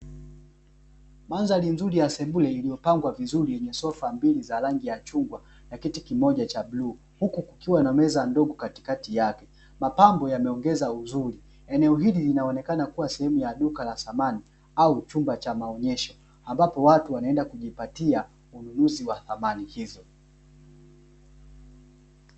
Mandhari nzuri ya sebule iliyopambwa vizuri, ina sofa mbili za rangi ya machungwa na kiti kimoja cha bluu, huku kukiwa na meza ndogo katikati yake. Mapambo yameongeza uzuri. Eneo hiki linaonekana kuwa shemu ya duka la samani, au chumba cha maonesho ambapo watu wanenda kujipatia ununuzi wa samani hizo.